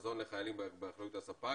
מזון לחיילים באחריות הספק.